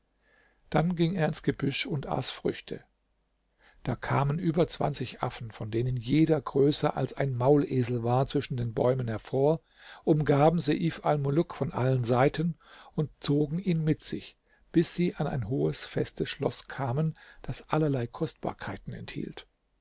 dann ging er ins gebüsch und aß früchte da kamen über zwanzig affen von denen jeder größer als ein maulesel war zwischen den bäumen hervor umgaben seif almuluk von allen seiten und zogen ihn mit sich bis sie an ein hohes festes schloß kamen das allerlei kostbarkeiten enthielt